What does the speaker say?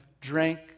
drank